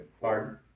Pardon